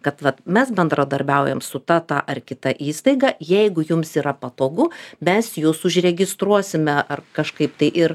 kad vat mes bendradarbiaujam su ta ta ar kita įstaiga jeigu jums yra patogu mes jus užregistruosime ar kažkaip tai ir